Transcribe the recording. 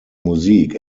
musik